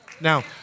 Now